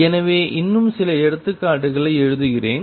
எனவே இன்னும் சில எடுத்துக்காட்டுகளை எழுதுகிறேன்